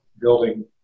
building